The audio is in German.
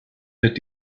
wird